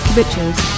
Bitches